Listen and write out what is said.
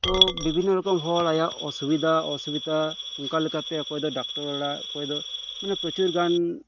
ᱛᱚ ᱵᱤᱵᱷᱤᱱᱱᱚ ᱨᱚᱠᱚᱢ ᱦᱚᱲ ᱟᱭᱟᱜ ᱚᱥᱩᱵᱤᱫᱷᱟ ᱚᱥᱩᱵᱤᱫᱷᱟ ᱚᱱᱠᱟ ᱞᱮᱠᱟᱛᱮ ᱚᱠᱚᱭ ᱫᱚ ᱰᱟᱠᱛᱚᱨ ᱚᱲᱟᱜ ᱚᱠᱚᱭ ᱫᱚ ᱢᱟᱱᱮ ᱯᱨᱚᱪᱩᱨ ᱜᱟᱱ